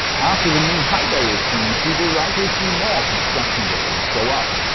after the new high bay is finished, we will likely see more construction buildings go up.